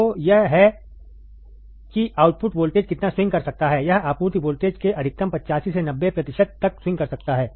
तो यह है कि आउटपुट वोल्टेज कितना स्विंग कर सकता है यह आपूर्ति वोल्टेज के अधिकतम 85 से 90 प्रतिशत तक स्विंग कर सकता है